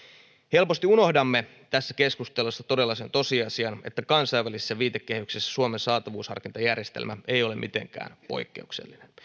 helposti unohdamme tässä keskustelussa todella sen tosiasian että kansainvälisessä viitekehyksessä suomen saatavuusharkintajärjestelmä ei ole mitenkään poikkeuksellinen